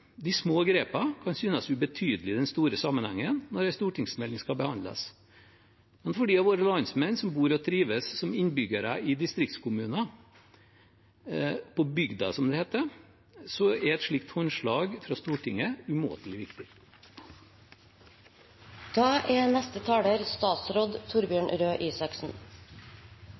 De små grepene kan synes ubetydelige i den store sammenhengen når en stortingsmelding skal behandles, men for dem av våre landsmenn som bor og trives som innbyggere i distriktskommuner – på bygda, som det heter – så er et slikt håndslag fra Stortinget umåtelig